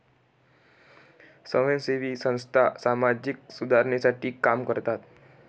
स्वयंसेवी संस्था सामाजिक सुधारणेसाठी काम करतात